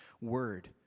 word